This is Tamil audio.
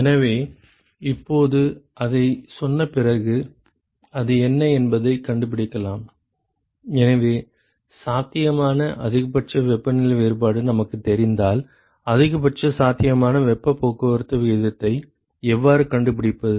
எனவே இப்போது அதைச் சொன்ன பிறகு அது என்ன என்பதைக் கண்டுபிடிக்கலாம் எனவே சாத்தியமான அதிகபட்ச வெப்பநிலை வேறுபாடு நமக்குத் தெரிந்தால் அதிகபட்ச சாத்தியமான வெப்பப் போக்குவரத்து விகிதத்தை எவ்வாறு கண்டுபிடிப்பது